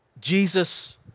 Jesus